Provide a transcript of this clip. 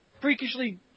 freakishly